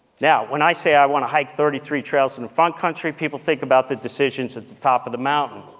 now, when i say i want to hike thirty three trails in the front country, people think about the decisions at the top of the mountain.